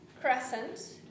crescent